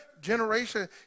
generation